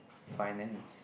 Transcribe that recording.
finance